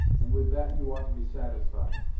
and with that you ought to be satisfied.